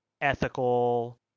ethical